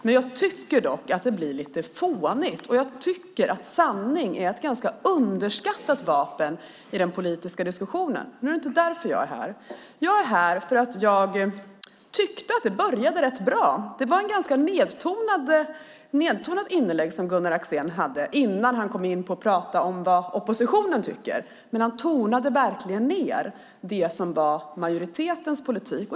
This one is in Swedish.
Men det här blir lite fånigt, och sanning är ett underskattat vapen i den politiska diskussionen. Nu är det inte därför jag är här. Jag är här för att jag tyckte att det började rätt bra. Gunnar Axén hade ett nedtonat inlägg innan han kom in på att prata om vad oppositionen tycker. Han tonade verkligen ned det som var majoritetens politik.